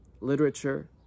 literature